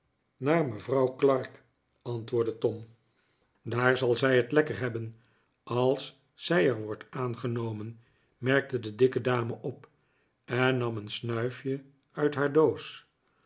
naar mevrouw clark antwoordde nikolaas gaat op eennieuwe betrekking af tom daar zal zij het lekker hetaben al s zij er wordt aangenomen merkte de dikke dame pp en nam een snuif je uit haar doos